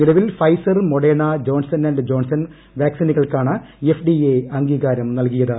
നിലവിൽ Pfizer Moderna Johnson and Johnson വാക്ക്സ്പീനുകൾക്കാണ് FDA അംഗീകാരം നൽകിയത്